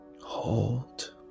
Hold